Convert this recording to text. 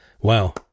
Wow